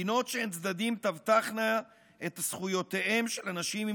מדינות שהן צדדים תבטחנה את זכויותיהם של אנשים עם